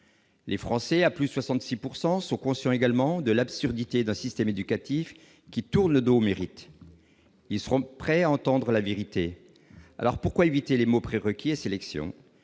Les Français, à plus de 66 %, sont conscients également de l'absurdité d'un système éducatif qui tourne le dos au mérite. Ils sont prêts à entendre la vérité. Aussi, pourquoi éviter les mots « prérequis » et « sélection »